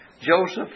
Joseph